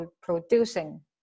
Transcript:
producing